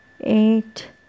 eight